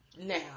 Now